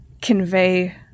convey